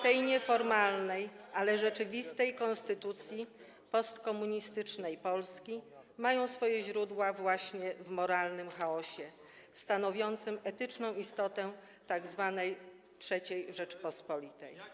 tej nieformalnej, ale rzeczywistej konstytucji postkomunistycznej Polski, mają swoje źródła właśnie w moralnym chaosie stanowiącym etyczną istotę tzw. III Rzeczypospolitej.